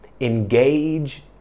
engage